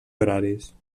horaris